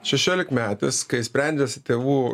šešiolikmetis kai sprendėsi tėvų